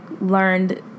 learned